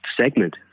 segment